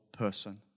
person